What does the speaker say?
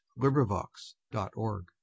LibriVox.org